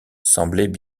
semblaient